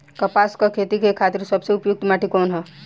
कपास क खेती के खातिर सबसे उपयुक्त माटी कवन ह?